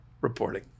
reporting